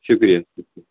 شُکرِیہ